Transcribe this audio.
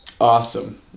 Awesome